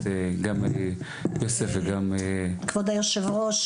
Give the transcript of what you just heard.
כבוד היושב-ראש,